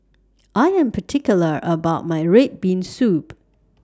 I Am particular about My Red Bean Soup